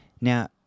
Now